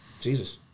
Jesus